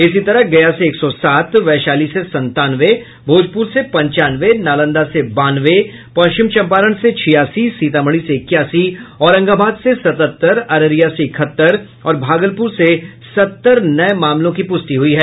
इसी तरह गया से एक सौ सात वैशाली से संतानवे भोजपूर से पंचानवे नालंदा से बानवे पश्चिम चंपारण से छियासी सीतामढ़ी से इक्यासी औरंगाबाद से सतहत्तर अररिया से इकहत्तर और भागलपुर से सत्तर मामलों की पुष्टि हुई है